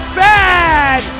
bad